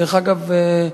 דרך אגב,